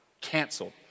canceled